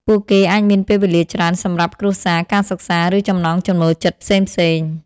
ពួកគេអាចមានពេលវេលាច្រើនសម្រាប់គ្រួសារ ការសិក្សា ឬចំណង់ចំណូលចិត្តផ្សេងៗ។